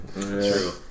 True